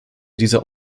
dieser